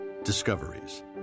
discoveries